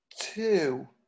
Two